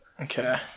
Okay